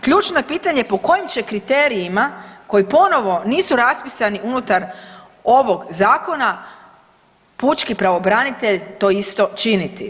Ključno je pitanje, po kojim će kriterijima koji ponovo nisu raspisani unutar ovog zakona pučki pravobranitelj to isto činiti?